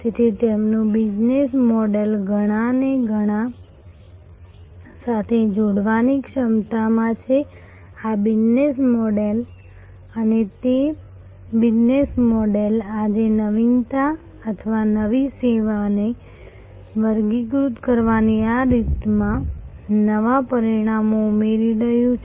તેથી તેમનું business model ઘણાને ઘણા સાથે જોડવાની ક્ષમતામાં છે આ બિઝનેસ મોડલ છે અને તે બિઝનેસ મોડલ આજે નવીનતા અથવા નવી સેવાને વર્ગીકૃત કરવાની આ રીતમાં નવા પરિમાણો ઉમેરી રહ્યું છે